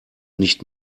nicht